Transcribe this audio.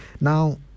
Now